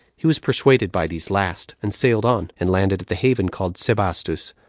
he was persuaded by these last, and sailed on, and landed at the haven called sebastus,